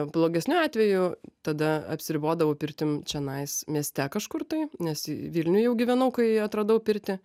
blogesniu atveju tada apsiribodavau pirtim čianais mieste kažkur tai nes vilniuj jau gyvenau kai atradau pirtį